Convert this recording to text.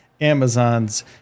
Amazon's